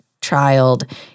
child